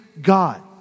God